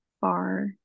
far